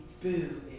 boo